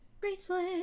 bracelet